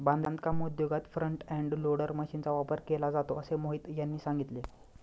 बांधकाम उद्योगात front end loader मशीनचा वापर केला जातो असे मोहित यांनी सांगितले